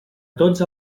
tots